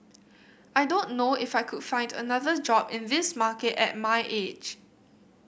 I don't know if I could find another job in this market at my age